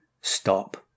stop